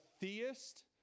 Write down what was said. theist